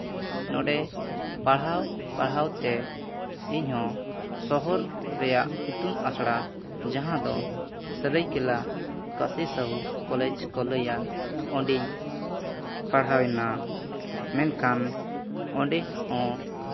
ᱱᱚᱰᱮ ᱯᱟᱲᱦᱟᱣᱼᱯᱟᱲᱦᱟᱣ ᱛᱮ ᱤᱧ ᱦᱚᱸ ᱥᱚᱦᱚᱨ ᱨᱮᱭᱟᱜ ᱤᱛᱩᱱ ᱟᱥᱲᱟ ᱡᱟᱦᱟᱸ ᱫᱚ ᱥᱟᱹᱨᱟᱹᱭᱠᱮᱞᱞᱟ ᱠᱟᱹᱥᱤ ᱥᱟᱹᱦᱩ ᱠᱚᱞᱮᱡᱽ ᱠᱚ ᱞᱟᱹᱭᱟ ᱚᱸᱰᱮᱧ ᱯᱟᱲᱦᱟᱣᱮᱱᱟ ᱢᱮᱱᱠᱷᱟᱱ ᱚᱸᱰᱮ ᱦᱚᱸ